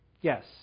Yes